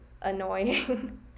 annoying